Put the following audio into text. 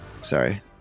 Sorry